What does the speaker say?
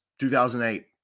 2008